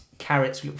Carrots